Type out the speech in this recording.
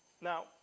Now